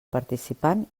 participant